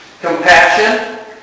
Compassion